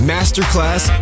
Masterclass